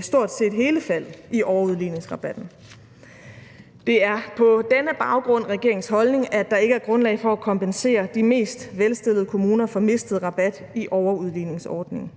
stort set hele faldet i overudligningsrabatten. Det er på denne baggrund regeringens holdning, at der ikke er grundlag for at kompensere de mest velstillede kommuner for mistet rabat i overudligningsordningen.